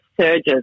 surges